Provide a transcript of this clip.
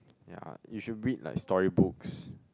ya you should read like story books